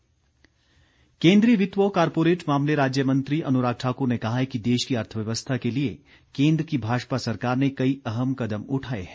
अनुराग ठाकुर केन्द्रीय वित्त व कारपोरेट मामले राज्य मंत्री अनुराग ठाक्र ने कहा है कि देश की अर्थव्यवस्था के लिए केन्द्र की भाजपा सरकार ने कई अहम कदम उठाए हैं